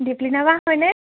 দীপলিনা বা হয়নে